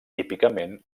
típicament